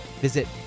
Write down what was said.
visit